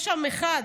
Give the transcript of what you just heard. יש עם אחד